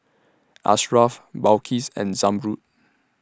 Ashraf Balqis and Zamrud